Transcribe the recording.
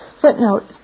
Footnote